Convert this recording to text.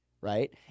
Right